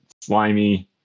slimy